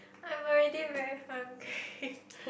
I'm already very hungry